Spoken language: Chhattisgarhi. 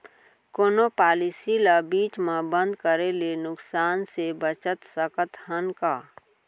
कोनो पॉलिसी ला बीच मा बंद करे ले नुकसान से बचत सकत हन का?